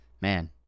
man